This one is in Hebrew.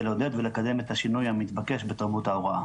לעודד ולקדם את השינוי המתבקש בתרבות ההוראה.